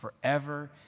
forever